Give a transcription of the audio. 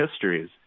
histories